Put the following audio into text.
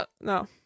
no